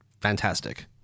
fantastic